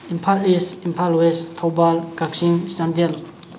Imphal east Imphal west Thoubal Kakching Chandel